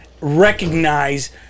recognize